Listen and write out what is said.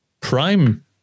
prime